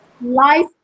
life